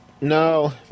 No